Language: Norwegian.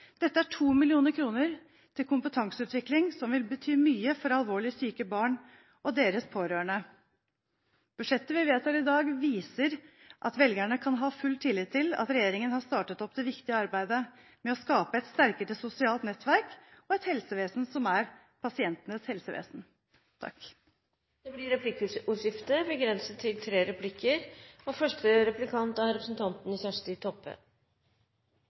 Dette er 2 mill. kr til kompetanseutvikling, som vil bety mye for alvorlig syke barn og deres pårørende. Budsjettet vi vedtar i dag, viser at velgerne kan ha full tillit til at regjeringen har startet opp det viktige arbeidet med å skape et sterkere sosialt nettverk og et helsevesen som er pasientenes helsevesen. Det blir replikkordskifte.